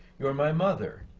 you're my mother.